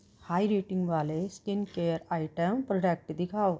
high rating ਵਾਲੇ skin care item product ਦਿਖਾਓ